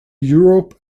europe